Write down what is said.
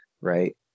Right